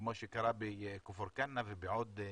כמו שקרה בכפר כנא ובעוד יישובים,